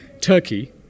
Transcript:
Turkey